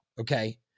Okay